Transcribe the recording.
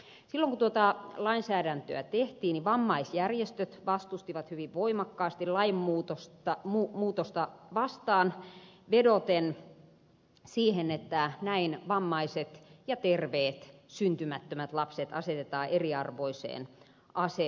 silloin kun tuota lainsäädäntöä tehtiin vammaisjärjestöt vastustivat hyvin voimakkaasti lainmuutosta vedoten siihen että näin vammaiset ja terveet syntymättömät lapset asetetaan eriarvoiseen asemaan